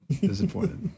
Disappointed